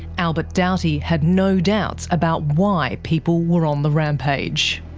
albert doughty had no doubts about why people were on the rampage.